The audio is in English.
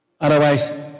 Otherwise